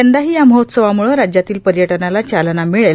यंदाही या महोत्सवाम्ळे राज्यातील पर्यटनाला चालना मिळेल